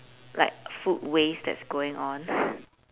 like food waste that's going on